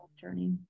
journey